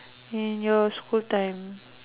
in your school time